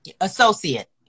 Associate